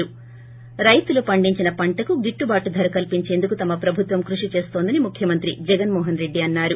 ి రైతుల పండిచిన పంటలకు గిట్లుబాటు ధర కల్పించేందుకు తమ ప్రభుత్వం కృషి చేస్తోందని ముఖ్యమంత్రి జగన్మోహన్ రెడ్డి అన్నారు